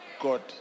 god